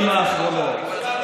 קללות ושיסוי.